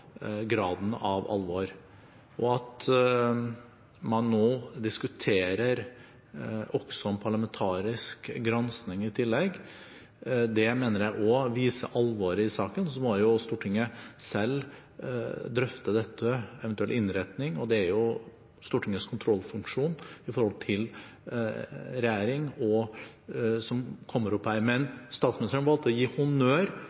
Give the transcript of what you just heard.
at man nå diskuterer en parlamentarisk granskning i tillegg, mener jeg også viser alvoret i saken. Så må Stortinget selv drøfte en eventuell innretning på dette. Det er jo Stortingets kontrollfunksjon i forhold til regjeringen som kommer opp her. Men statsministeren valgte å gi honnør